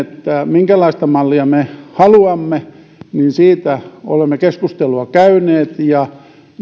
minkälaista mallia me haluamme olemme sitten keskustelua käyneet ja